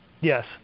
Yes